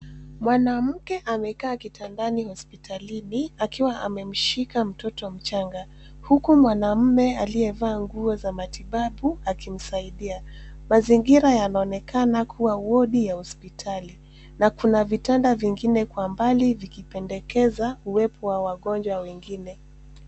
Mwanamke amekaa kitandani hospitalini akiwa amemshika mtoto mchanga, huku mwanamume aliyevaa nguo za matibabu akimsaidia. Mazingira yanaonekana kuwa wodi ya hospitali na kuna vitanda vingine kwa mbali vikipendekeza uwepo wa wagonjwa wengine.